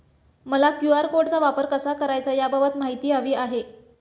मला क्यू.आर कोडचा वापर कसा करायचा याबाबत माहिती हवी आहे